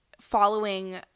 following